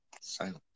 silent